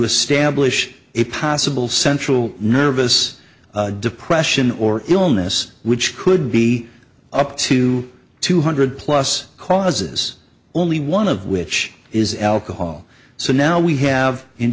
establish a possible central nervous depression or illness which could be up to two hundred plus clauses only one of which is alcohol so now we have in